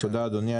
תודה, אדוני.